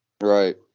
Right